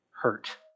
hurt